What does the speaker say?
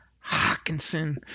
Hawkinson